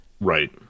Right